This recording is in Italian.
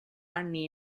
anni